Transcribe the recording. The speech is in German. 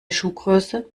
schuhgröße